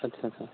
अच्छा अच्छा